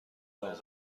بود